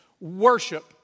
worship